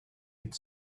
could